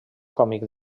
còmic